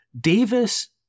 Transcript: Davis